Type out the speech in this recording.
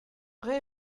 vrai